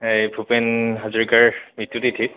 এই ভূপেন হাজৰিকাৰ মৃত্যু তিথি